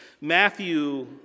Matthew